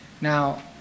Now